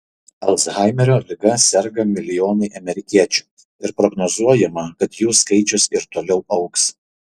alzhaimerio liga serga milijonai amerikiečių ir prognozuojama kad jų skaičius ir toliau augs